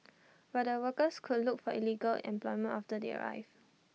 but the workers would look for illegal employment after they arrive